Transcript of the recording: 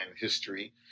history